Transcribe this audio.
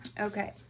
Okay